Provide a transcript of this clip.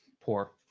Poor